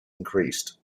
increased